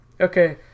Okay